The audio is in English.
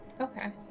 Okay